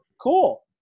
cool